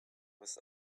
with